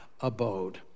abode